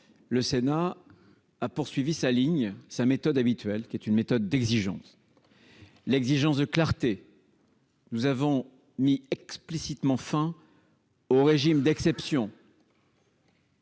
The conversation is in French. le Sénat a poursuivi sa ligne sa méthode habituelle, qui est une méthode d'exigence, l'exigence de clarté. Nous avons mis explicitement enfin. Au régime d'exception.